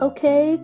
Okay